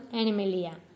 animalia